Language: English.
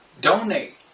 donate